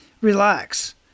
Relax